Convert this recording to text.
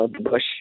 bush